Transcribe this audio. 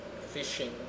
fishing